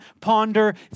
ponder